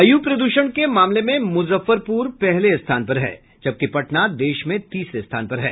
वायु प्रदूषण के मामले में मुजफ्फरपुर पहले स्थान पर है जबकि पटना देश में तीसरे स्थान पर है